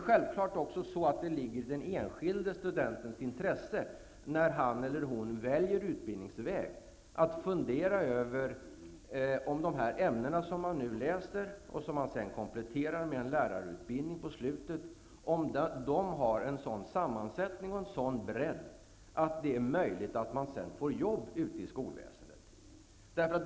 Självklart ligger det också i den enskilde studentens intresse att, när han eller hon väljer utbildningsväg, fundera över om de ämnen som man läser, och som man på slutet kompletterar med en lärarutbildning, har en sådan sammansättning och en sådan bredd att det är möjligt att man sedan får jobb ute i skolväsendet.